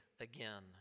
again